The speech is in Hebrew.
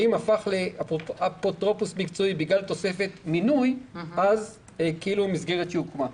ואם הפך לאפוטרופוס מקצועי בגלל תוספת מינוי אז זה כאילו מסגרת שהוקמה.